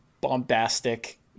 bombastic